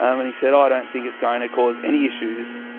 um and he said, i don't think it's going to cause any issues.